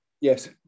Yes